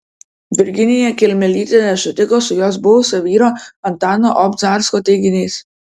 virginija kelmelytė nesutiko su jos buvusio vyro antano obcarsko teiginiais